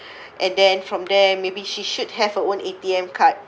and then from there maybe she should have her own A_T_M card